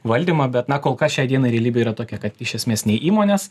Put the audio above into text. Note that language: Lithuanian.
valdymą bet na kol kas šiai dienai realybė yra tokia kad iš esmės nei įmonės